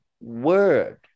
word